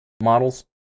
models